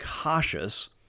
cautious